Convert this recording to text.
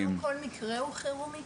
לא כל מקרה הוא חירומי.